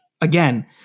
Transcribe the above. again